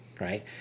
right